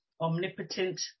Omnipotent